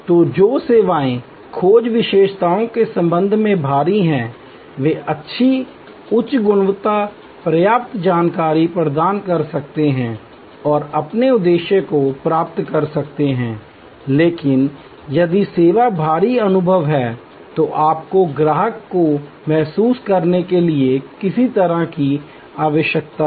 तो जो सेवाएं खोज विशेषताओं के संबंध में भारी हैं वे अच्छी उच्च गुणवत्ता पर्याप्त जानकारी प्रदान कर सकते हैं और अपने उद्देश्य को प्राप्त कर सकते हैं लेकिन यदि सेवा भारी अनुभव है तो आपको ग्राहक को महसूस करने के लिए किसी तरह की आवश्यकता है